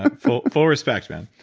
ah full full respect man.